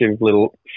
little